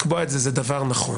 זה דבר נכון.